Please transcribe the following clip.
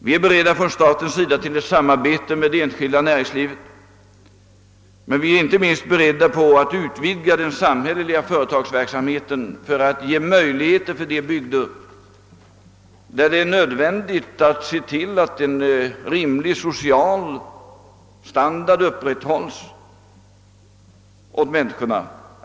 Vi är på statligt håll beredda till ett samarbete med det enskilda näringslivet, men vi är inte minst inställda på att utvidga den samhälleliga företagsamheten för att ge möjligheter för de bygder, där det är nödvändigt att försöka upprätthålla en rimlig social standard för människorna.